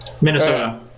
Minnesota